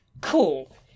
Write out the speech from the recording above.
Cool